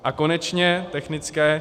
A konečně technické.